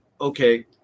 okay